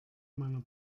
meiner